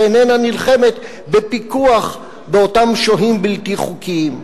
שאיננה נלחמת בפיקוח באותם שוהים בלתי חוקיים.